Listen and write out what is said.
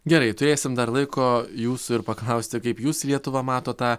gerai turėsim dar laiko jūsų ir paklausti kaip jūs lietuvą matot tą